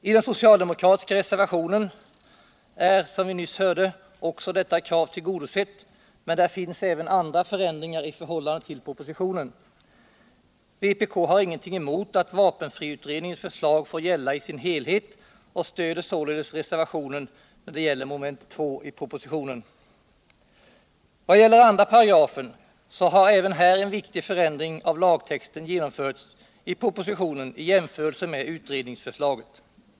I den socialdemokratiska reservationen är, som vi nyss hörde, detta krav också tillgodosett, men där finns även andra förändringar i förhållande till propositionen. Vpk har ingenting emot att vapenfriutredningens förslag får gälla i sin helhet och stöder således reservationen när det gäller mom. 2 i propositionen. Även när det gäller 2 § har en viktig förändring av lagtexten genomförts i propositionen i jämförelse med utredningsförslaget.